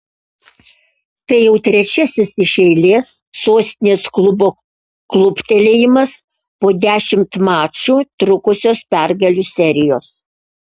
tai jau trečiasis iš eilės sostinės klubo kluptelėjimas po dešimt mačų trukusios pergalių serijos